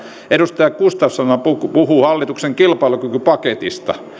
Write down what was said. edustaja gustafssonhan puhui puhui hallituksen kilpailukykypaketista